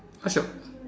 ask your